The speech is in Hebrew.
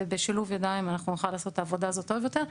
בשילוב ידיים נוכל לעשות את העבודה הזאת טוב יותר.